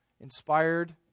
inspired